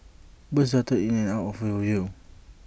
birds darted in and out of our view